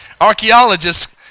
Archaeologists